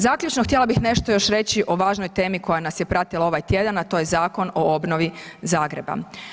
Zaključno, htjela bih još nešto reći o važnoj temi koja nas je pratila ovaj tjedan, a to je Zakon o obnovi Zagreba.